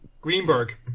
Greenberg